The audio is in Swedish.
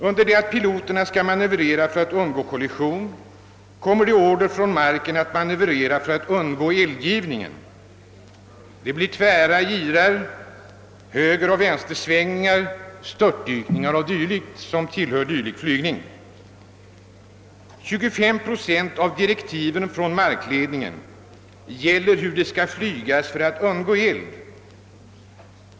— Under det att piloterna skall manövrera för att undgå kollision, kommer det order från marken att manövrera för att undgå eldgivningen. Det blir tvära girar, högeroch vänstersvängar, störtdykningar och dylikt, som tillhör sådan flygning. 25 procent av direktiven från markledningen gäller hur det skall flygas för att undgå eld.